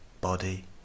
body